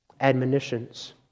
admonitions